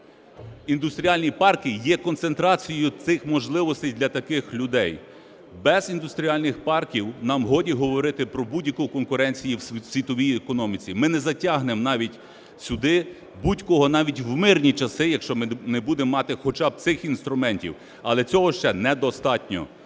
індустріальні парки є концентрацією цих можливостей для таких людей. Без індустріальних парків нам годі говорити про будь-яку конкуренцію в світовій економіці, ми не затягнемо навіть сюди будь-кого, навіть в мирні часи, якщо ми не будемо мати хоча б цих інструментів. Але цього ще недостатньо,